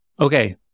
Okay